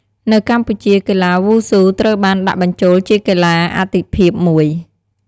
នៅកម្ពុជា កីឡាវ៉ូស៊ូត្រូវបានដាក់បញ្ចូលជាកីឡាអាទិភាពមួយ។